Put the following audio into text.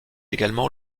également